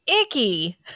icky